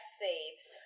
saves